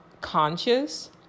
conscious